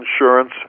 insurance